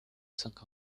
cinq